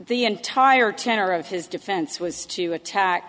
the entire tenor of his defense was to attack